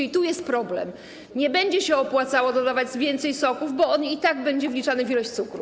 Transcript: I tu jest problem: nie będzie się opłacało dodawać więcej soku, bo on i tak będzie wliczany w ilość cukru.